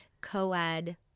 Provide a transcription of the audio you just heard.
co-ed